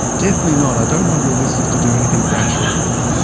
definitely not. i don't want your listeners to do anything rash with lithium.